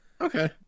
Okay